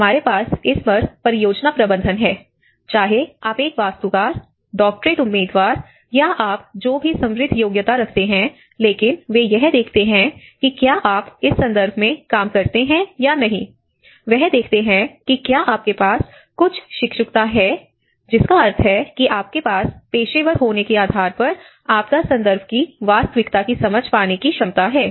हमारे पास इस पर परियोजना प्रबंधन है चाहे आप एक वास्तुकार डॉक्टरेट उम्मीदवार या आप जो भी समृद्ध योग्यता रखते हैं लेकिन वे यह देखते हैं कि क्या आप इस संदर्भ में काम करते हैं या नहीं वह देखते हैं कि क्या आपके पास कुछ शिक्षुता है जिसका अर्थ है कि आपके पास पेशेवर होने के आधार पर आपदा संदर्भ की वास्तविकता की समझ पाने की क्षमता है